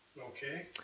Okay